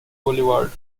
boulevard